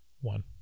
one